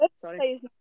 Sorry